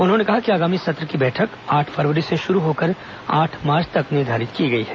उन्होंने कहा कि आगामी सत्र की बैठक आठ फरवरी से शुरू होकर आठ मार्च तक निर्धारित की गई है